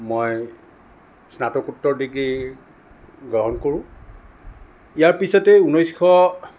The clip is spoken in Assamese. মই স্নাতকোত্তৰ ডিগ্ৰী গ্ৰহণ কৰোঁ ইয়াৰ পিছতেই ঊনৈছশ